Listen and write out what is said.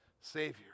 savior